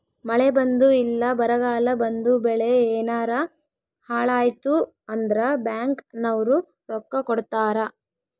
ಮಳೆ ಬಂದು ಇಲ್ಲ ಬರಗಾಲ ಬಂದು ಬೆಳೆ ಯೆನಾರ ಹಾಳಾಯ್ತು ಅಂದ್ರ ಬ್ಯಾಂಕ್ ನವ್ರು ರೊಕ್ಕ ಕೊಡ್ತಾರ